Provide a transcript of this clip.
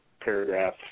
paragraph